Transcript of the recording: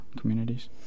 communities